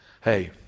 Hey